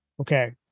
Okay